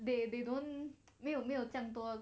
they they don't 没有没有这样多